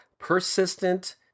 persistent